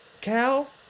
Cal